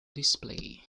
display